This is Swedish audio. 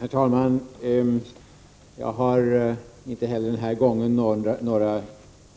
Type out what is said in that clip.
Herr talman! Jag har inte heller den här gången några